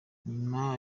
nyuma